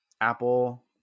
Apple